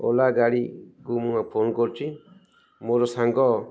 ଓଲା ଗାଡ଼ିକୁ ମୁଁ ଫୋନ କରୁଛି ମୋର ସାଙ୍ଗ